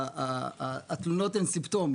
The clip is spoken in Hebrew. התלונות הן סימפטום.